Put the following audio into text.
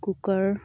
cooker